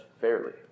fairly